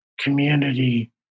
community